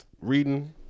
reading